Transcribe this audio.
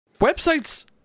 websites